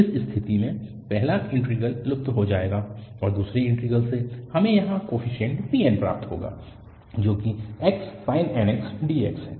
इस स्थिति में पहला इन्टीग्रल लुप्त हो जाएगा और दूसरे इन्टीग्रल से हमें यहाँ कोफीशिएंट bn प्राप्त होगा जो कि sin nx dx है